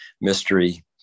mystery